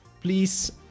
please